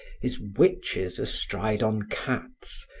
his witches astride on cats,